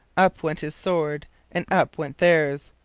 up went his sword and up went theirs.